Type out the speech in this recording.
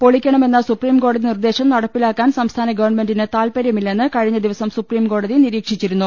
പൊളിക്കണമെന്ന സുപ്രീകോടതി നിർദേശം നടപ്പിലാക്കാൻ സംസ്ഥാന ഗവൺമെന്റിന് താത്പര്യമില്ലെന്ന് കഴിഞ്ഞ ദിവസം സുപ്രീംകോടതി നിരീക്ഷിച്ചിരുന്നു